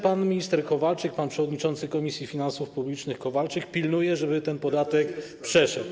Pan minister Kowalczyk, pan przewodniczący Komisji Finansów Publicznych Kowalczyk pilnuje, żeby ten podatek przeszedł.